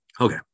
Okay